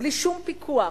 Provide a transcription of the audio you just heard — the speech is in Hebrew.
בלי שום פיקוח.